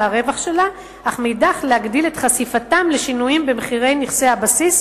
הרווח שלה אך מאידך להגדיל את חשיפתה לשינויים במחירי נכסי הבסיס,